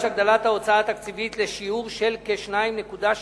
הגדלת ההוצאה התקציבית לשיעור של כ-2.6%